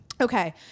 Okay